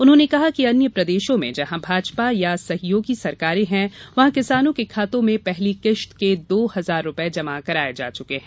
उन्होंने कहा कि अन्य प्रदेशों में जहां भाजपा या सहयोगी सरकारें हैं वहां किसानों के खातों में पहली किश्त के दो हजार रूपये जमा कराये जा चुके हैं